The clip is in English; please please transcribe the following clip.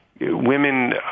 women